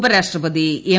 ഉപരാഷ്ട്രപതി എം